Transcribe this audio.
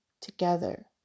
together